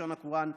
לשון הקוראן,